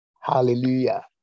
Hallelujah